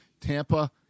Tampa